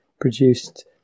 produced